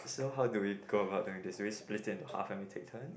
so how do we go about doing this we split into half and we take turns